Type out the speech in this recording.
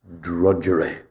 drudgery